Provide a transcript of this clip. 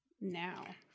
Now